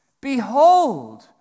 Behold